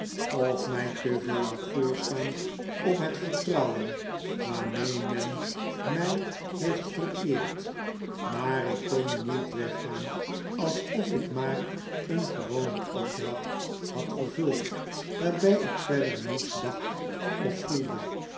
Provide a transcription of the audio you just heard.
of mij te veer laat voorstaan op het vertrouwen waarmee men mij heeft vereerd maar ik kon niet weggaan alsof ik maar een gewone opdracht had vervuld waarbij ik verder niets dacht of voelde